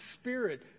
spirit